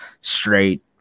straight